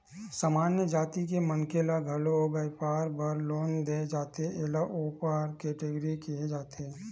सामान्य जाति के मनखे ल घलो बइपार बर लोन दे जाथे एला ओपन केटेगरी केहे जाथे